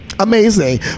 Amazing